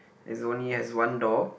is only has one door